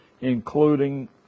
including